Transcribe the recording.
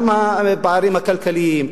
הפערים הכלכליים,